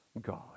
God